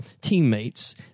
teammates